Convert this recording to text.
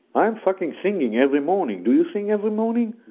i am fucking singing every morning, do you sing every morning?